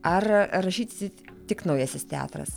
ar rašysit tik naujasis teatras